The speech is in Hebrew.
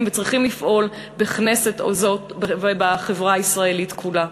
וצריכים לפעול בכנסת זאת ובחברה הישראלית כולה.